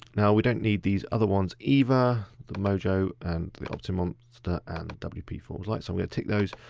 now, we don't need these other ones either. the mojo and the optinmonster and wpforms lite so we untick those.